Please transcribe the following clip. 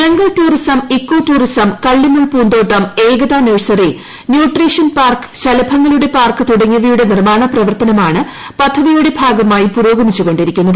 jungle tourism eco tourism കള്ളിമുൾ പൂർന്താട്ടം Ekta nursery nutrition park ശലഭങ്ങളുടെ പാർക്ക് തൃ്യൂടങ്ങിയവയുടെ നിർമ്മാണ പ്രവർത്തനമാണ് പദ്ധതിയുടെ ഭാഗമായി പ്പുരോഗമിച്ചുകൊ ിരിക്കുന്നത്